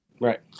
Right